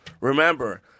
Remember